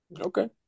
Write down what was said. Okay